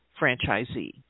franchisee